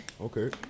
Okay